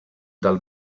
del